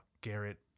Garrett